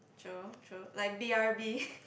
sure sure like b_r_b